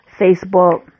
facebook